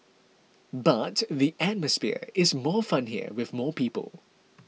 but the atmosphere is more fun here with more people